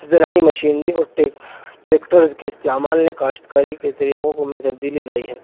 زرعی مشینری اور ٹریکٹرز کے استعمال نے کاشتکاری کے طریقوں کو میں تبدیلی لائی ہے